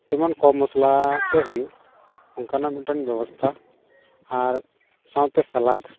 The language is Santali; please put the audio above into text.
ᱡᱮᱢᱚᱱ ᱠᱚᱢ ᱢᱚᱥᱞᱟ ᱛᱮ ᱦᱩᱭᱩᱜ ᱚᱱᱠᱟᱱᱟᱜ ᱢᱤᱫᱴᱮᱱ ᱵᱮᱵᱚᱥᱛᱷᱟ ᱟᱨ ᱥᱟᱶᱛᱮ ᱥᱮᱞᱟᱴ